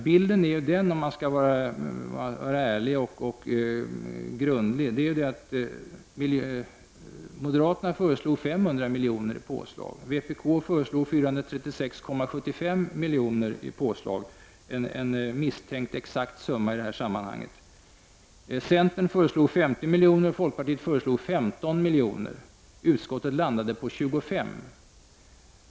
Bilden är den, om man skall vara ärlig och grundlig, att moderaterna föreslår 500 miljoner i påslag, vpk 436,75 miljoner — en misstänkt exakt summa i detta sammanhang —, centern 50 miljoner och folkpartiet 15 miljoner. Utskottet har landat på 25 miljoner.